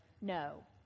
No